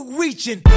reaching